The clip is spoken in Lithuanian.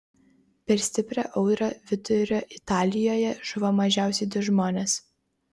per stiprią audrą vidurio italijoje žuvo mažiausiai du žmonės